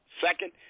Second